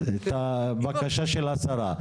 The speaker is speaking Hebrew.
את הבקשה של השרה,